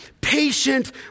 patient